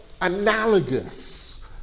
analogous